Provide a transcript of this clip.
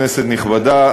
כנסת נכבדה,